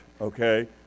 okay